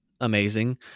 amazing